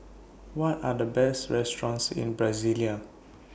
What Are The Best restaurants in Brasilia